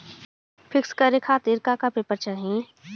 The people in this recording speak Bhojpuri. पिक्कस करे खातिर का का पेपर चाही?